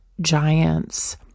giants